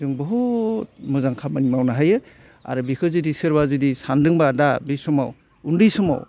जों बुहुथ मोजां खामानि मावनो हायो आरो बेखौ जुदि सोरबा जुदि सानदोंबा दा बे समाव उन्दै समाव